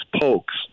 pokes